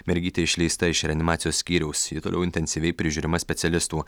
mergytė išleista iš reanimacijos skyriaus ji toliau intensyviai prižiūrima specialistų